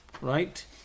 right